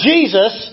Jesus